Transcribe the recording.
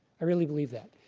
i really believe that.